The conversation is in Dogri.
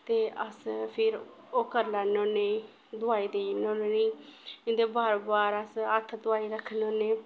ते अस फिर ओह् करी लैन्ने होन्ने दोआई देई ओड़ने होन्ने उ'नेंगी इं'दे बार बार अस हत्थ धुआई रक्खने होन्ने